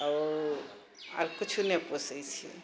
आर किछु नहि पोसए छी